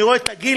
אני רואה את הגיל,